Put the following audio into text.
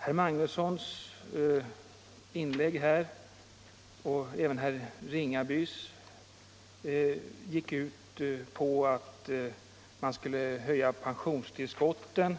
Herr Magnussons inlägg, och även herr Ringabys, gick ut på att man skulle höja pensionstillskotten